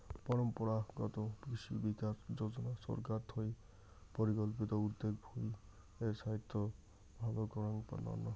পরম্পরাগত কৃষি বিকাশ যোজনা ছরকার থুই পরিকল্পিত উদ্যগ ভূঁই এর ছাইস্থ ভাল করাঙ তন্ন